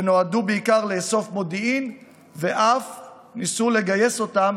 שנועדו בעיקר לאסוף מודיעין ואף ניסו לגייס אותם